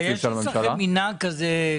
זאת שמובילה את המאמצים של הממשלה.